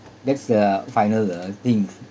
that's the final uh things